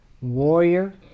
warrior